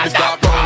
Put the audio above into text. stop